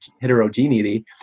heterogeneity